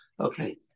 Okay